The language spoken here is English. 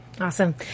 Awesome